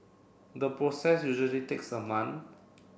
the process usually takes a month